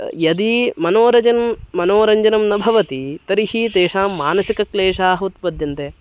यदी मनोरजनं मनोरञ्जनं न भवति तर्हि तेषां मानसिकक्लेशाः उत्पद्यन्ते